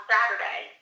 Saturday